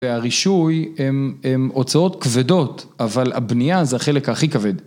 ‫והרישוי הם הוצאות כבדות, ‫אבל הבנייה זה החלק הכי כבד.